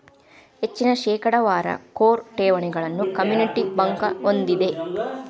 ಹೆಚ್ಚಿನ ಶೇಕಡಾವಾರ ಕೋರ್ ಠೇವಣಿಗಳನ್ನ ಕಮ್ಯುನಿಟಿ ಬ್ಯಂಕ್ ಹೊಂದೆದ